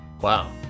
Wow